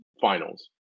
finals